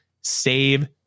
save